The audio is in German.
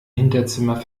hinterzimmer